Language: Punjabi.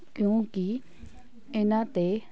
ਕਿਉਂਕਿ ਇਹਨਾਂ 'ਤੇ